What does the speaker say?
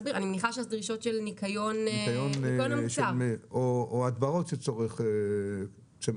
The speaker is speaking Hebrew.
מניחה שיש דרישות של ניקיון --- או הדברות כשמחריגים,